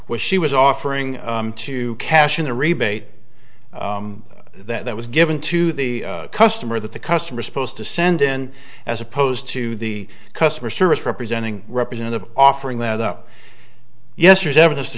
was she was offering to cash in a rebate that was given to the customer that the customer supposed to send in as opposed to the customer service representing representative offering that up yesterday evidence to